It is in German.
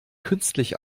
künstlich